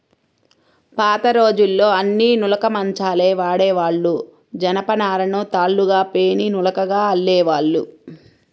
పాతరోజుల్లో అన్నీ నులక మంచాలే వాడేవాళ్ళు, జనపనారను తాళ్ళుగా పేని నులకగా అల్లేవాళ్ళు